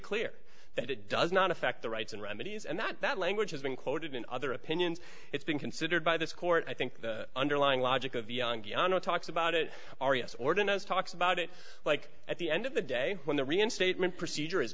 clear that it does not affect the rights and remedies and that that language has been quoted in other opinions it's being considered by this court i think the underlying logic of young piano talks about it are yes or denies talks about it like at the end of the day when the reinstatement procedure is